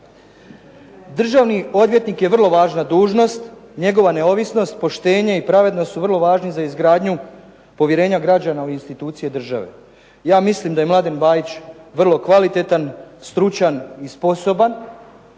Državni odvjetnik je vrlo važna dužnost, njegova neovisnost, poštenje i pravednost su vrlo važni za izgradnju povjerenja građana u institucije države. Ja mislim da je Mladen Bajić vrlo kvalitetan, stručan i sposoban